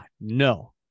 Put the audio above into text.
no